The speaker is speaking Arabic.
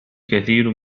الكثير